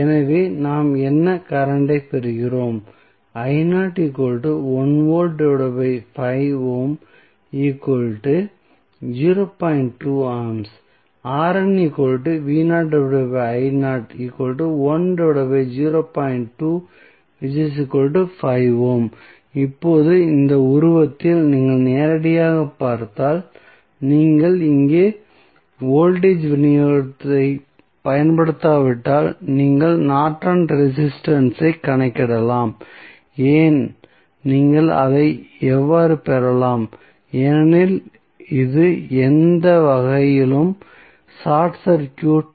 எனவே நாம் என்ன கரண்ட் ஐப் பெறுகிறோம் A இப்போது இந்த உருவத்திலிருந்து நீங்கள் நேரடியாகப் பார்த்தால் நீங்கள் இங்கே வோல்டேஜ் விநியோகத்தைப் பயன்படுத்தாவிட்டால் நீங்கள் நார்டனின் ரெசிஸ்டன்ஸ் ஐக் Nortons resistance கணக்கிடலாம் ஏன் நீங்கள் அதை எவ்வாறு பெறலாம் ஏனெனில் இது எந்த வகையிலும் ஷார்ட் சர்க்யூடட்